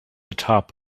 atop